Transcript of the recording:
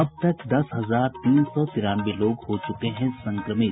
अब तक दस हजार तीन सौ तिरानवे लोग हो चुके हैं संक्रमित